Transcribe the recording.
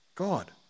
God